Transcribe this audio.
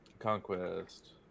conquest